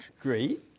Great